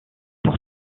pour